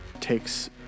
takes